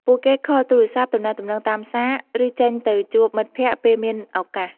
ពួកគេខលទូរសព្ទ ទំនាក់ទំនងតាមសារ ឬចេញទៅជួបមិត្តភក្តិពេលមានឱកាស។